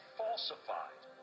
falsified